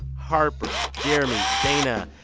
harper, jeremy, dana,